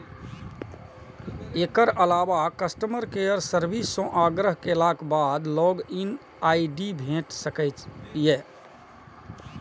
एकर अलावा customer care service सं आग्रह केलाक बाद लॉग इन आई.डी भेटि सकैए